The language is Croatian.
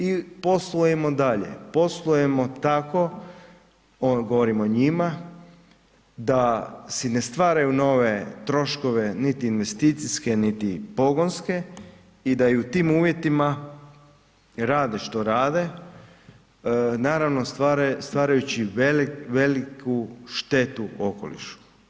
I poslujemo dalje, poslujemo tako, govorim o njima da si ne stvaraju nove troškove, niti investicijske niti pogonske i da u tim uvjetima rade što rade, naravno stvarajući veliku štetu okolišu.